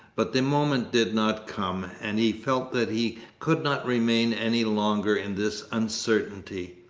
but the moment did not come, and he felt that he could not remain any longer in this uncertainty.